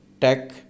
tech